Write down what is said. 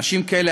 אנשים כאלה,